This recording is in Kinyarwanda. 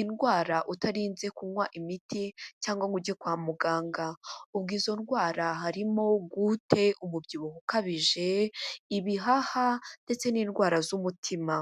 indwara utarinze kunywa imiti cyangwa ngo ujye kwa muganga, ubwo izo ndwara harimo goutte, umubyibuho ukabije, ibihaha ndetse n'indwara z'umutima.